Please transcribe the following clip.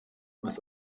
was